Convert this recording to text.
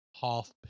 half